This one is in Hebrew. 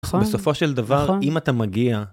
בסופו של דבר, אם אתה מגיע...